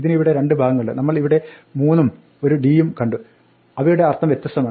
ഇതിന് ഇവിടെ രണ്ട് ഭാഗങ്ങളുണ്ട് നമ്മൾ ഇവിടെ ഒരു 3 ഉം ഒരു d യും കണ്ടു അവയുടെ അർത്ഥം വ്യത്യസ്തമാണ്